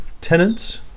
tenants